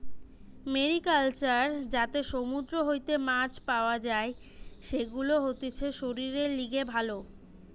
mariculture যাতে সমুদ্র হইতে মাছ পাওয়া যাই, সেগুলা হতিছে শরীরের লিগে ভালো